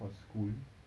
for school